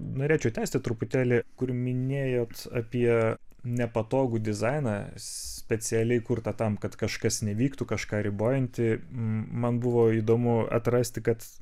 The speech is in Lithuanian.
norėčiau tęsti truputėlį kur minėjot apie nepatogų dizainą specialiai kurtą tam kad kažkas nevyktų kažką ribojantį man buvo įdomu atrasti kad